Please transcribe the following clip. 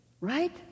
right